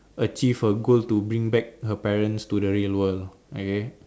achieve her goal to bring back her parents to the real world okay